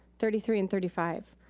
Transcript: thirty three and thirty five.